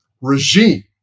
regime